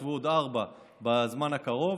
יוצבו עוד ארבע בזמן הקרוב,